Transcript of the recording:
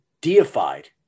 deified